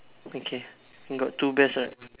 okay got two bears right